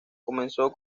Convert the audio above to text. comenzó